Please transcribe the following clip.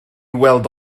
weld